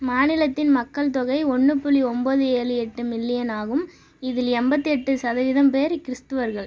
மாநிலத்தின் மக்கள் தொகை ஒன்று புள்ளி ஒம்பது ஏழு எட்டு மில்லியன் ஆகும் இதில் எண்பத்தி எட்டு சதவீதம் பேர் கிறிஸ்தவர்கள்